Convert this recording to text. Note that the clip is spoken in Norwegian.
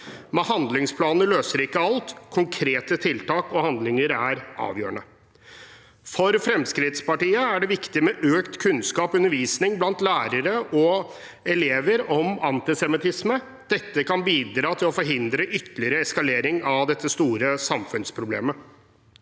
Handlingsplaner løser imidlertid ikke alt; konkrete tiltak og handlinger er avgjørende. For Fremskrittspartiet er det viktig med økt kunnskap og undervisning blant lærere og elever om antisemittisme. Det kan bidra til å forhindre ytterligere eskalering av dette store samfunnsproblemet.